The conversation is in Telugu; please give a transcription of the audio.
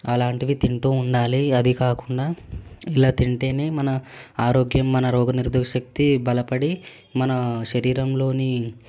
అలాంటివి తింటూ ఉండాలి అది కాకుండా ఇలా తింటేనే మన ఆరోగ్యం మన రోగ నిరోధక శక్తి బలపడి మన శరీరంలోని